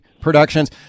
productions